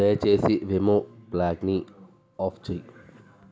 దయచేసి వెమో ప్లాగ్ని ఆఫ్ చెయ్యి